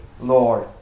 Lord